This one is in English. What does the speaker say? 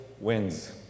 wins